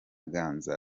ganza